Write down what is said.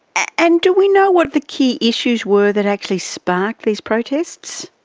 and do we know what the key issues were that actually sparked these protests?